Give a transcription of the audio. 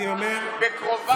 אוקיי.